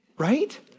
right